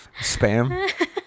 Spam